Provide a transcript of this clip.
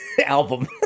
album